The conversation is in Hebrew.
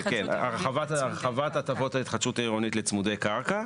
הרחבת הטבות ההתחדשות העירונית לצמודי קרקע.